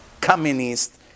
communist